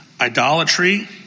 Idolatry